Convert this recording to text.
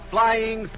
Flying